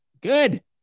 Good